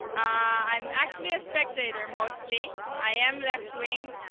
i'm actually a spectator mostly. i am left-wing,